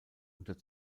unter